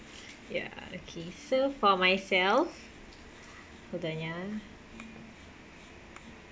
ya okay so for myself hold on ya